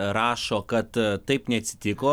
rašo kad taip neatsitiko